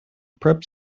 prep